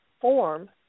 form